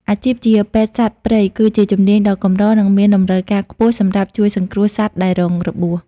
អាជីពជាពេទ្យសត្វព្រៃ គឺជាជំនាញដ៏កម្រ និងមានតម្រូវការខ្ពស់សម្រាប់ជួយសង្គ្រោះសត្វដែលរងរបួស។